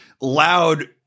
loud